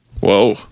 whoa